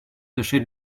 tâchez